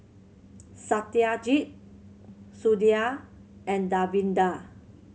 Satyajit Sudhir and Davinder